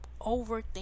overthink